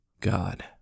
God